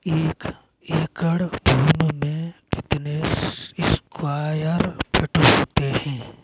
एक एकड़ भूमि में कितने स्क्वायर फिट होते हैं?